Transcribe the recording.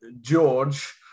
George